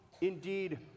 Indeed